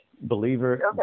Believer